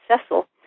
Cecil